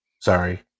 sorry